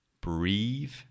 breathe